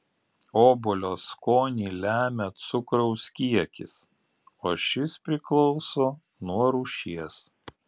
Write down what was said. obuolio skonį lemia cukraus kiekis o šis priklauso nuo rūšies